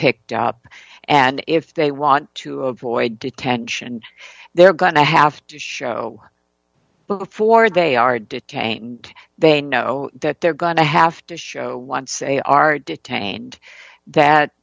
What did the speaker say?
picked up and if they want to avoid detention they're going to have to show before they are detained they know that they're going to have to show once they are detained that